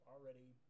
already